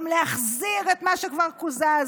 להחזיר את מה שכבר קוזז.